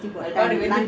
last time ah